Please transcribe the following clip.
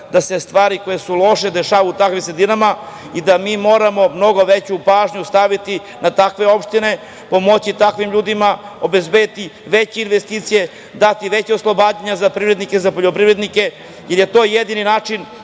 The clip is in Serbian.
da se stvari koje su loše dešavaju u takvim sredinama i da moramo mnogo veću pažnju staviti na takve opštine, pomoći takvim ljudima, obezbediti veće investicije, dati veće oslobađanje za privrednike, za poljoprivrednike, jer je to jedini način